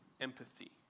empathy